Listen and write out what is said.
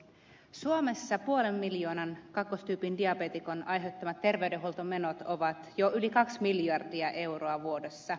suomessa puolen miljoonan kakkostyypin diabeetikon aiheuttamat terveydenhuoltomenot ovat jo yli kaksi miljardia euroa vuodessa